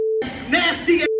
nasty